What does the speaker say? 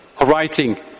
writing